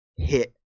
Hit